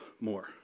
more